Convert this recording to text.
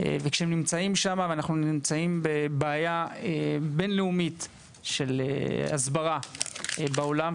וכהם נמצאים שמה ואנחנו נמצאים בבעיה בינלאומית של הסברה בעולם,